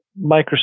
Microsoft